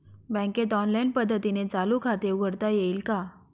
बँकेत ऑनलाईन पद्धतीने चालू खाते उघडता येईल का?